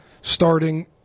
starting